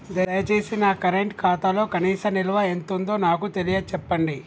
దయచేసి నా కరెంట్ ఖాతాలో కనీస నిల్వ ఎంతుందో నాకు తెలియచెప్పండి